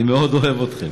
אני מאוד אוהב אתכם.